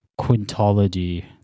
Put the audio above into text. Quintology